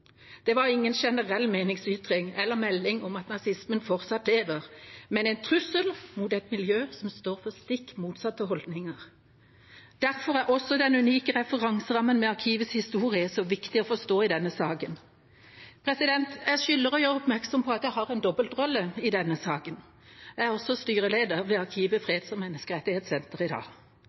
Det var ingen generell meningsytring eller melding om at nazismen fortsatt lever, men en trussel mot et miljø som står for stikk motsatte holdninger. Derfor er også den unike referanserammen med Arkivets historie så viktig å forstå i denne saken. Jeg skylder å gjøre oppmerksom på at jeg har en dobbeltrolle i denne saken. Jeg er også styreleder ved Arkivet freds- og menneskerettighetssenter i dag.